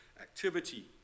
activity